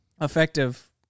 effective